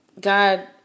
God